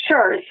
Sure